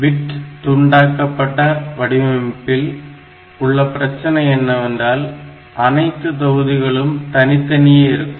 bit துண்டாக்கப்பட்ட வடிவமைப்பில் உள்ள பிரச்சனை என்னவென்றால் அனைத்து தொகுதிகளும் தனித்தனியே இருக்கும்